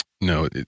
No